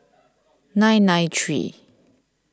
nine nine three